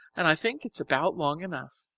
and i think it's about long enough.